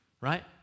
right